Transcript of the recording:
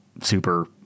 super